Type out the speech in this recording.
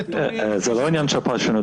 זה לא עניין של פרשנות.